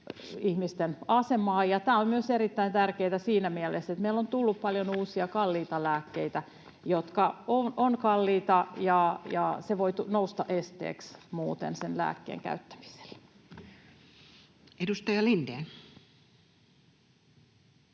ihmisten asemaa. Tämä on myös erittäin tärkeätä siinä mielessä, että meillä on tullut paljon uusia lääkkeitä, jotka ovat kalliita, ja se voi nousta esteeksi muuten sen lääkkeen käyttämiselle. [Speech 124]